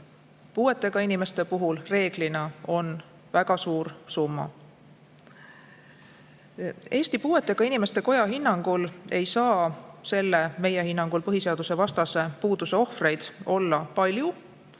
puudega inimeste puhul reeglina on väga suur summa. Eesti Puuetega Inimeste Koja hinnangul ei saa selle meie hinnangul põhiseadusvastase [sätte] ohvreid olla palju.